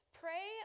pray